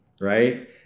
right